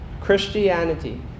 Christianity